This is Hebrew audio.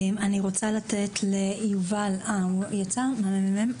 אני רוצה לתת את רשות הדיבור ליובל וורגן מן הממ"מ,